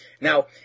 Now